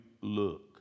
look